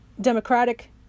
Democratic